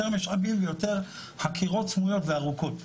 משאבים ויותר חקירות סמויות וארוכות.